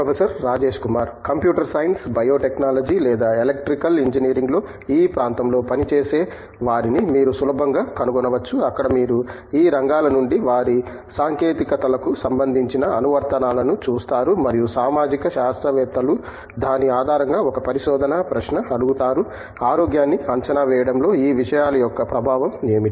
professor Rajesh Kumar computer science biotechnology లేదా electrical ఇంజనీరింగ్లో ఈ ప్రాంతంలో పనిచేసే వారిని మీరు సులభంగా కనుగొనవచ్చు అక్కడ మీరు ఈ రంగాల నుండి వారి సాంకేతికతలకు సంబందించిన అనువర్తనాలను చూస్తారు మరియు సామాజిక శాస్త్రవేత్తలు దాని ఆధారంగా ఒక పరిశోధన ప్రశ్న అడుగుతారు ఆరోగ్యాన్ని అంచనా వేయడంలో ఈ విషయాలు యొక్క ప్రభావం ఏమిటి